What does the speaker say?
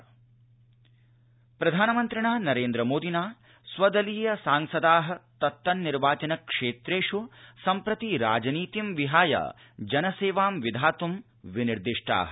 प्रधानमन्त्रीजनसेवा प्रधानमन्त्रिणा नरेन्द्र मोदिना स्वदलीय सांसदा तत्तन्निर्वाचन क्षेत्रेष् सम्प्रति राजनीति विहाय जनसेवा विधातु विनिर्दिष्टा